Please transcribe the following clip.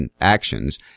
actions